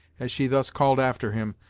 as she thus called after him,